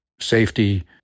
safety